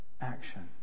action